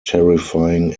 terrifying